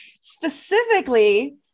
Specifically